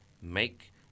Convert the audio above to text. Make